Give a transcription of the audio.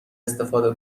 استفاده